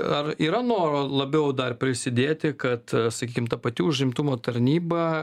ar yra noro labiau dar prisidėti kad sakykim ta pati užimtumo tarnyba